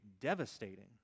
devastating